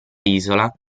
isola